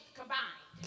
combined